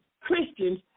Christians